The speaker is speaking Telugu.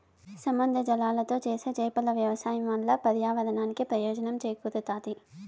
సముద్ర జలాలతో చేసే చేపల వ్యవసాయం వల్ల పర్యావరణానికి ప్రయోజనం చేకూరుతాది